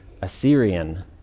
Assyrian